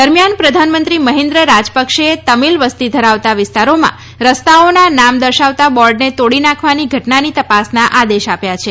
દરમિયાન પ્રધાનમંત્રી મહિન્દ્ર રાજપક્ષેએ તમિલ વસ્તી ધરાવતા વિસ્તારોમાં રસ્તાઓના નામ દર્શાવતા બોર્ડને તોડી નાખવાની ઘટનાની તપાસના આદેશ આપ્યા છે